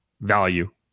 value